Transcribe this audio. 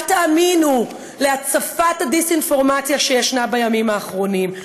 אל תאמינו להצפת הדיס-אינפורמציה שיש בימים האחרונים,